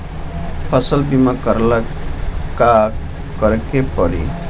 फसल बिमा करेला का करेके पारी?